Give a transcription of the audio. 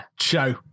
show